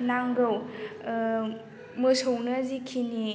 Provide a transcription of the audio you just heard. नांगौ मोसौनो जिखिनि